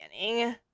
beginning